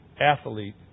athlete